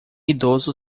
idoso